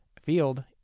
field